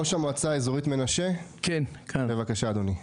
ראש המועצה האזורית מנשה, בבקשה אדוני.